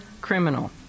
criminal